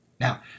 Now